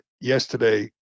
yesterday